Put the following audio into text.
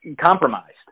compromised